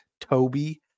toby